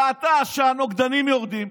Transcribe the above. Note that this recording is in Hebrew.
ראתה שהנוגדנים יורדים,